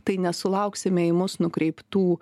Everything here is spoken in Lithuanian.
tai nesulauksime į mus nukreiptų